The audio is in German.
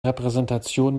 repräsentation